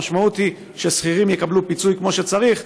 המשמעות היא ששכירים יקבלו פיצוי כמו שצריך,